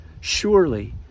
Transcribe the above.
Surely